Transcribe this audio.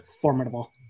formidable